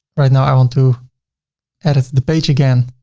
right now, i want to edit the page again